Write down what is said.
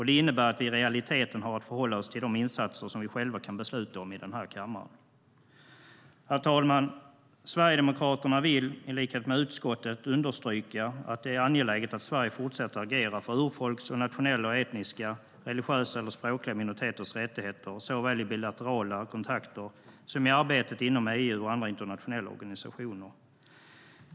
Det innebär att vi i realiteten har att förhålla oss till de insatser som vi själva kan besluta om i den här kammaren. Herr talman! Sverigedemokraterna vill i likhet med utskottet understryka att det är angeläget att Sverige fortsätter att agera för urfolks och nationella, etniska, religiösa och språkliga minoriteters rättigheter, såväl i bilaterala kontakter som i arbetet inom EU och andra internationella organisationer.